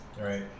right